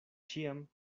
ĉiam